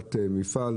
לסגירת מפעל,